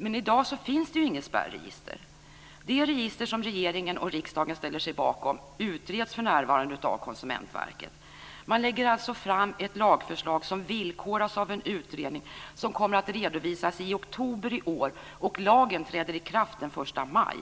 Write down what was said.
Men i dag finns det inget spärregister. Det register som regeringen och riksdagen ställer sig bakom utreds för närvarande av Konsumentverket. Man lägger fram ett lagförslag som villkoras av en utredning som kommer att redovisas i oktober i år, och lagen träder i kraft den 1 maj.